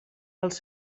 els